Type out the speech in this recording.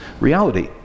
reality